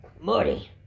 morty